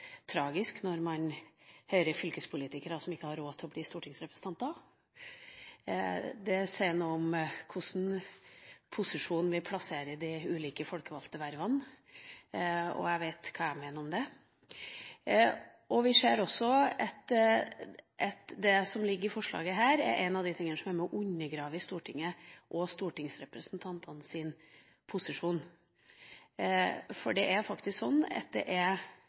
tragisk når man hører fylkespolitikere som ikke har råd til å bli stortingsrepresentanter. Det sier noe om i hvilken posisjon vi plasserer de ulike folkevalgte vervene. Jeg vet hva jeg mener om det! Vi ser også at det som ligger i dette forslaget, er av de tingene som er med på å undergrave Stortinget og stortingsrepresentantenes posisjon. Det er faktisk sånn at det